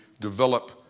develop